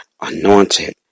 anointed